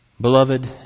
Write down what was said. Beloved